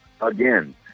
again